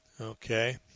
Okay